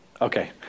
Okay